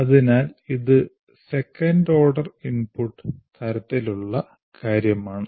അതിനാൽ ഇത് " second order input" തരത്തിലുള്ള കാര്യമാണ്